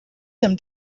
them